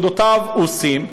ומוסדותיו עושים.